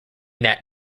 that